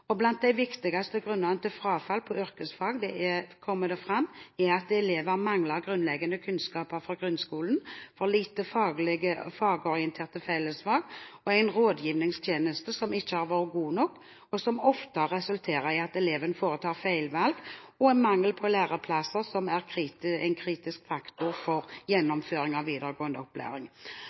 Blant de viktigste grunnene til frafall på yrkesfag, kommer det fram, er at elever mangler grunnleggende kunnskaper fra grunnskolen, at det er for lite fagorienterte fellesfag, en rådgivningstjeneste som ikke har vært god nok – og som ofte resulterer i at eleven foretar feilvalg – og en mangel på læreplasser, som er en kritisk faktor for gjennomføring av videregående opplæring.